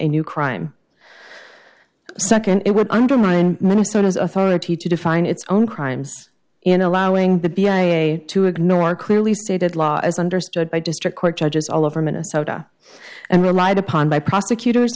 a new crime second it would undermine minnesota's authority to define its own crimes in allowing the b i a to ignore clearly stated law as understood by district court judges all over minnesota and relied upon by prosecutors